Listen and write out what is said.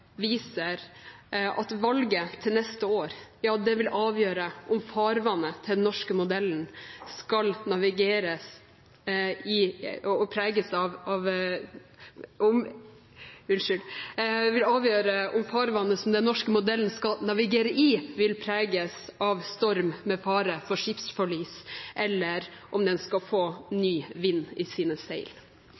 viser at valget til neste år vil avgjøre om farvannet som den norske modellen skal navigere i, vil preges av storm, med fare for skipsforlis, eller om den skal få ny vind i sine seil.